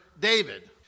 David